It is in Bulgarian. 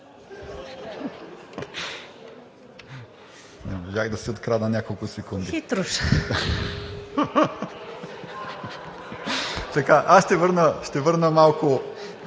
Аз ще върна малко